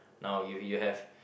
now you you have